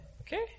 okay